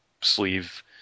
Sleeve